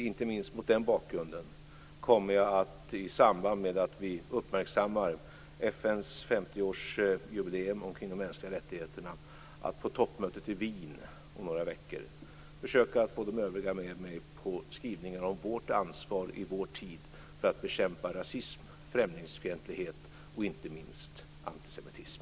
Inte minst mot den bakgrunden kommer jag att i samband med att vi uppmärksammar FN:s 50 årsjubileum kring de mänskliga rättigheterna att vid toppmötet i Wien, om några veckor, försöka att få de övriga med mig på skrivningar om vårt ansvar i vår tid för att bekämpa rasism, främlingsfientlighet och inte minst antisemitism.